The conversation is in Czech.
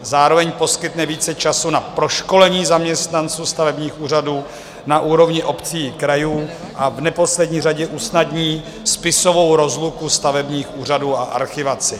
Zároveň poskytne více času na proškolení zaměstnanců stavebních úřadů na úrovni obcí i krajů, a v neposlední řadě usnadní spisovou rozluku stavebních úřadů a archivaci.